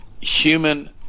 human